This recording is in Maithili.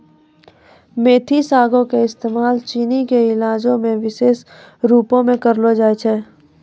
मेथी सागो के इस्तेमाल चीनी के इलाजो मे विशेष रुपो से करलो जाय छै